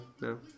No